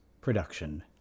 production